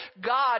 God